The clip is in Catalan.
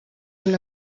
una